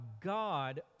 God